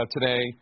Today